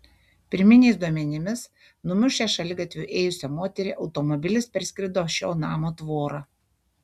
pirminiais duomenimis numušęs šaligatviu ėjusią moterį automobilis perskrido šio namo tvorą